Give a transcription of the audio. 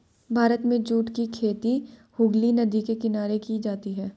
भारत में जूट की खेती हुगली नदी के किनारे की जाती है